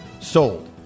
sold